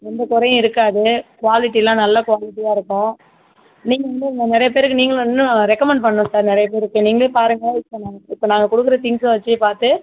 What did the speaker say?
எந்த குறையும் இருக்காது குவாலிட்டிலாம் நல்ல குவாலிட்டியாக இருக்கும் நீங்கள் வந்து நிறைய பேருக்கு நீங்களும் இன்னும் ரெக்கமண்ட் பண்ணனும் சார் நிறையா பேருக்கு நீங்களே பாருங்கள் இப்போ நாங்கள் கொடுக்குற திங்ஸை வச்சு பார்த்து